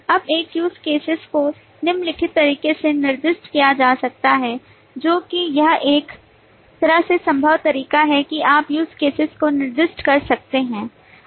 अब एक use cases को निम्नलिखित तरीके से निर्दिष्ट किया जा सकता है जो कि यह एक तरह से संभव तरीका है कि आप use cases को निर्दिष्ट कर सकते हैं